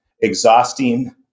exhausting